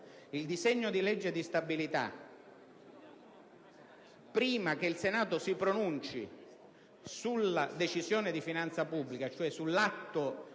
il disegno di legge di stabilità prima che il Senato si pronunci sulla Decisione di finanza pubblica (cioè sull'atto